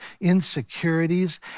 insecurities